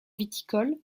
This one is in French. viticole